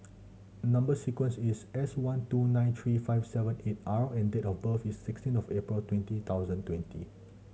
number sequence is S one two nine three five seven eight R and date of birth is sixteen of April twenty thousand twenty